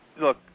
look